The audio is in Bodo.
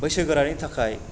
बैसोगोरानि थाखाय